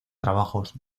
trabajos